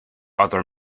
other